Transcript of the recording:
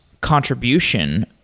contribution